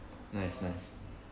nice nice